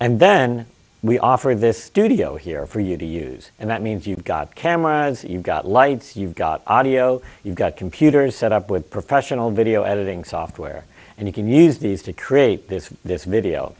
and then we offer this studio here for you to use and that means you've got cameras you've got lights you've got audio you've got computers set up with professional video editing software and you can use these to create this this video